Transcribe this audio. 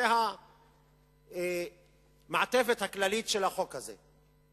זאת המעטפת הכללית של החוק הזה.